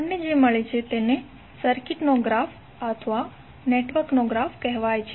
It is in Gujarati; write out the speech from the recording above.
આપણને જે મળે છે તેને સર્કિટનો ગ્રાફ અથવા નેટવર્કનો ગ્રાફ કહેવાય છે